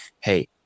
hey